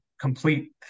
Complete